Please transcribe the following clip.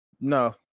No